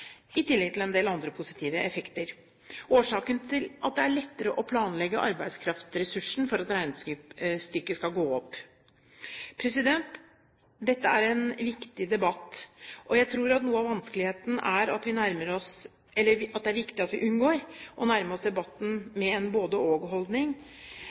i tillegg til en del andre positive effekter. Årsaken er at det er lettere å planlegge arbeidskraftressursen for at regnestykket skal gå opp. Dette er en viktig debatt, og jeg tror at det er viktig at vi unngår å nærme oss debatten med en både–og-holdning. Man kan vanskelig kreve at